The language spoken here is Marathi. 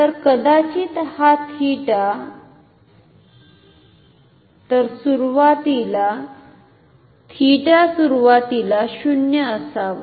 तर कदाचित हा 𝜃 तर 𝜃 सुरुवातीला 0 असावा